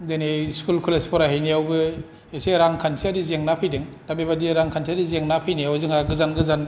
दिनै school college फरायहैनायावबो एसे रां खान्थियारि जेंना फैदों दा बेफोरबादि रां खान्थियारि जेंना फैनायाव जोंहा गोजान गोजान